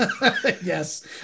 yes